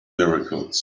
miracles